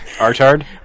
Archard